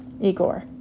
Igor